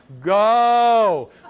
Go